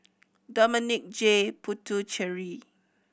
Dominic J Puthucheary